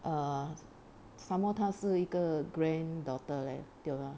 err somemore 他是一个 grand daughter leh tiok mah